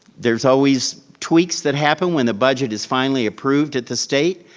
there's always tweaks that happen when the budget is finally approved at the state.